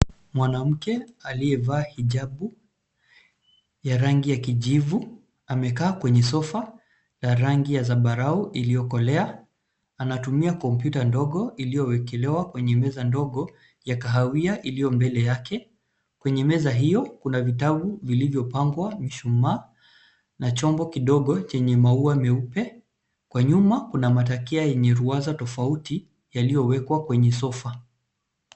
Mwanamke aliyevaa hijabu ya rangi ya kijivu amekaa kwenye sofa la rangi ya zambarau iliyokolea. Anatumia kompyuta ndogo iliyowekelewa kwenye meza ndogo ya kahawia iliyo mbele yake. Kwenye meza hio kuna vitabu vilivyopangwa mishumaa na chombo kidogo chenye maua meupe. Kwa nyuma kuna matakia yenye ruwaza tofauti yaliyowekwa kwa sofa.